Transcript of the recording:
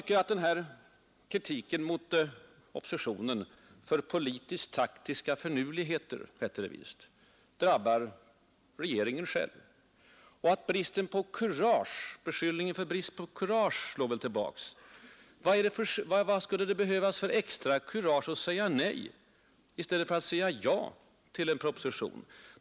Kritiken mot oppositionen för ”politiskt taktiska finurligheter”, som det visst hette, drabbar regeringen själv, och beskyllningen för brist på kurage slår tillbaka. Vad skulle det behövas för extra kurage att säga nej i stället för att säga ja till en proposition!